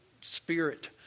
spirit